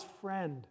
friend